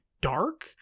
dark